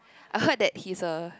I've heard that he's a